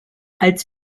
als